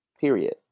Period